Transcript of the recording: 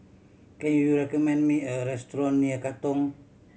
can you recommend me a restaurant near Katong